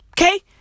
Okay